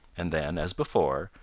and then, as before,